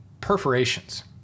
perforations